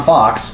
Fox